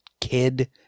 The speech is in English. kid